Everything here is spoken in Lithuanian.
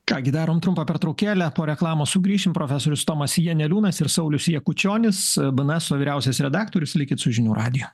ką gi darom trumpą pertraukėlę po reklamos sugrįšim profesorius tomas janeliūnas ir saulius jakučionis bns vyriausias redaktorius likit su žinių radiju